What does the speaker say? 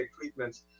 treatments